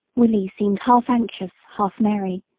willie seemed half-anxious, half-merry,